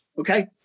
okay